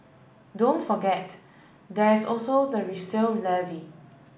don't forget there is also the resale levy